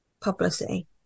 publicity